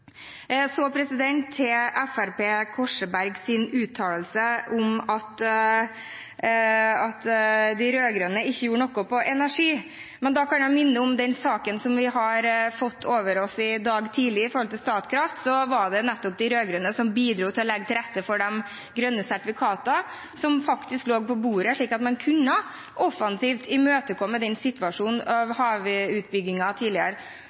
Da kan jeg minne om den saken som vi har fått over oss i dag tidlig. Når det gjelder Statkraft, var det nettopp de rød-grønne som bidro til å legge til rette for de grønne sertifikatene som faktisk lå på bordet, slik at man offensivt kunne imøtekomme den situasjonen med havneutbyggingen tidligere.